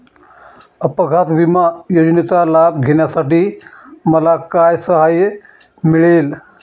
अपघात विमा योजनेचा लाभ घेण्यासाठी मला काय सहाय्य मिळेल?